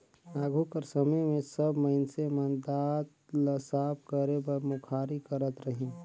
आघु कर समे मे सब मइनसे मन दात ल साफ करे बर मुखारी करत रहिन